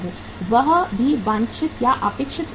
वह भी वांछित या अपेक्षित स्तर पर है